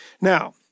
Now